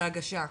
להגשה לשר,